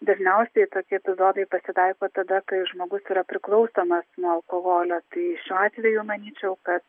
dažniausiai tokie epizodai pasitaiko tada kai žmogus yra priklausomas nuo alkoholio tai šiuo atveju manyčiau kad